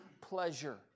pleasure